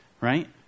right